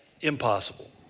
Impossible